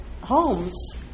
homes